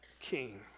king